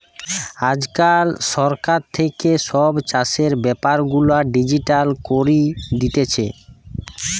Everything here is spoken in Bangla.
আজকাল সরকার থাকে সব চাষের বেপার গুলা ডিজিটাল করি দিতেছে